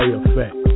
Effect